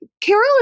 Carol